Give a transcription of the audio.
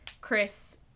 Chris